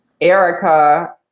Erica